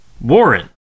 Warren